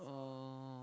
oh